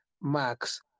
Max